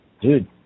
dude